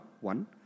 one